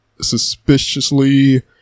suspiciously